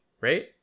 right